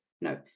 no